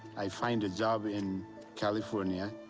i find a job in california,